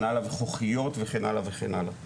חוחיות וכן הלאה וכן הלאה.